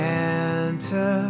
Santa